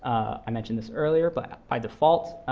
i mentioned this earlier, but by default,